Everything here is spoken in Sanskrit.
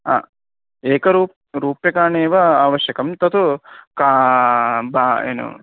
अ एकरूपं रूप्यकाण्येव आवश्यकानि तत् का वा येनु